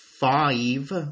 five